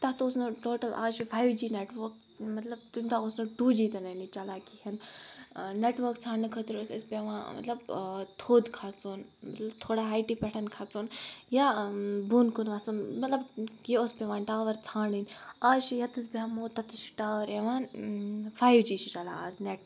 تَتھ اوس نہٕ ٹوٹَل اَز چھِ فایِو جی نٮ۪ٹؤک مطلب تَمہِ دۄہ اوس نہٕ ٹوٗ جی تہِ نَے نہٕ چَلان کِہیٖنۍ نٮ۪ٹؤک ژھانٛڈنہٕ خٲطرٕ اوس اَسہِ پٮ۪وان مطلب تھوٚد کھَژُن مطلب تھوڑا ہایٹہِ پٮ۪ٹھَن کھژُن یا بۄن کُن وَسُن مطلب یہِ اوس پٮ۪وان ٹاوَر ژھانڈٕنۍ اَز چھِ ییٚتس بیٚہمو تَتیٚس چھِ ٹاوَر یِوان فایِو جی چھِ چَلان اَز نٮ۪ٹ